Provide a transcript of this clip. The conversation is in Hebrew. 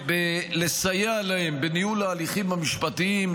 לסייע להם בניהול ההליכים המשפטיים,